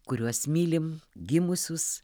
kuriuos mylim gimusius